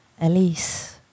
Elise